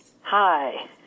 Hi